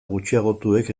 gutxiagotuek